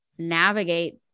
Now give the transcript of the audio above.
navigate